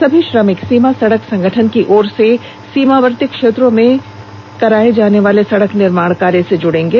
सभी श्रमिक सीमा सड़क संगठन की ओर से सीमावर्ती क्षेत्रों में कराने जाने वाले सड़क निर्माण कार्य से जूड़ेंगे